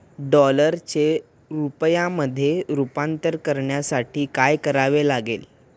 डॉलरचे रुपयामध्ये रूपांतर करण्यासाठी काय करावे लागेल?